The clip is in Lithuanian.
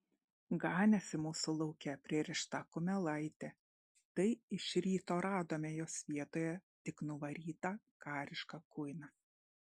ganėsi mūsų lauke pririšta kumelaitė tai iš ryto radome jos vietoje tik nuvarytą karišką kuiną